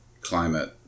climate